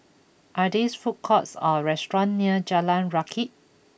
are there food courts or restaurant near Jalan Rakit